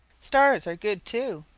stars are good, too.